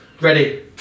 Ready